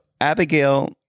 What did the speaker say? Abigail